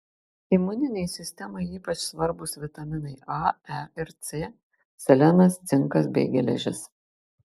imuninei sistemai ypač svarbūs vitaminai a e ir c selenas cinkas bei geležis